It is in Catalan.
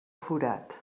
forat